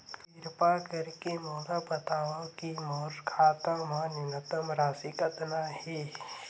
किरपा करके मोला बतावव कि मोर खाता मा न्यूनतम राशि कतना हे